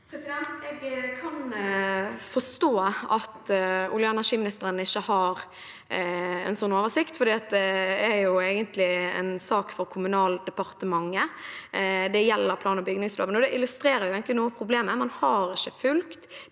Jeg kan forstå at olje- og energiministeren ikke har en sånn oversikt, for det er jo egentlig en sak for Kommunaldepartementet. Det gjelder plan- og bygningsloven. Det illustrerer egentlig noe av problemet. Man har ikke fulgt